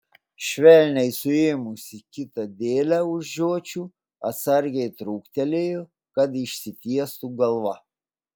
švelniai suėmusi kitą dėlę už žiočių atsargiai trūktelėjo kad išsitiestų galva